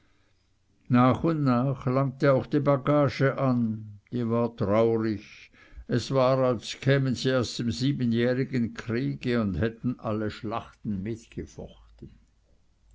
nach und nach langte auch die bagage an die war traurig es war als käme sie aus dem siebenjährigen kriege und hätte alle schlachten